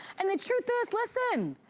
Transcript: and the truth is, listen,